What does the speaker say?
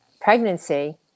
pregnancy